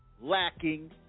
lacking